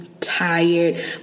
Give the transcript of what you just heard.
tired